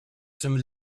some